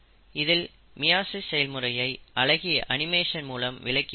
இதில் மியாசிஸ் செயல்முறையை அழகிய அனிமேஷன் மூலம் விளக்கி இருப்பார்கள்